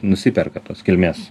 nusiperka tos kilmės